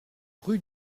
rue